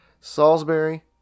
Salisbury